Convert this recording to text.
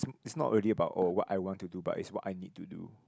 it's not really about oh what I want to do but it's what I need to do